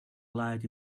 light